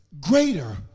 greater